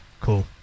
cool